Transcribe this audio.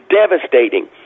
devastating